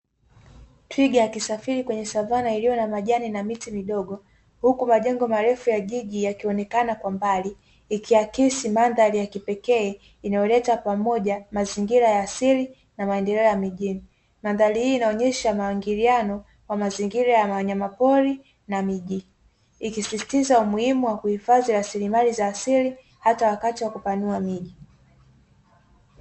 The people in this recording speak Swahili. Twiga akisafiri kwenye savana iliyo na majani na miti madogo, huku majengo marefu ya jiji yakionekana kwa mbali ikiakisi mandhari ya kipekee, inayoleta pamoja mazingira ya asili na maendeleo ya mijini. Mandhari hii inaonyesha maingiliano ya mazingira ya wanyamapori na miji. Ikisisitiza umuhimu wa kuhifadhi rasilimali za asili hata wakati wa kupanua miji.